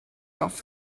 off